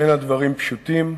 אין הדברים פשוטים.